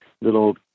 little